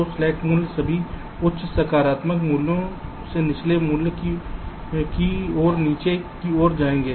तो स्लैक मूल्य सभी उच्च सकारात्मक मूल्य से निचले मूल्यों की ओर नीचे की ओर जाएंगे